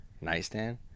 nightstand